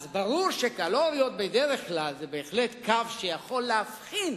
ברור שקלוריות זה בדרך כלל קו שיכול להבחין